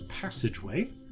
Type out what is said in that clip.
passageway